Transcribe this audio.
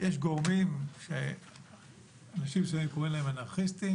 יש גורמים, אנשים שלהם קוראים להם אנרכיסטים,